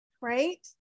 right